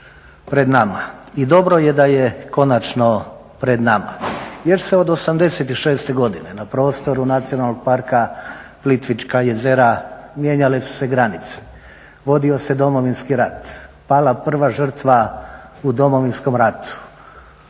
i dobro je da je konačno pred nama jer se od '86. godine na prostoru Nacionalnog parka Plitvička jezera mijenjale su se granice, vodio se Domovinski rat, pala prva žrtva u Domovinskom ratu,